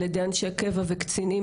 על ידי אנשי קבע וקצינים,